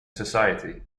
society